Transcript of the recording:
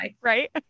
Right